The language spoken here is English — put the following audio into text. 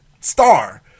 star